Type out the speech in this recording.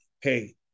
hey